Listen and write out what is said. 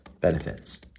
benefits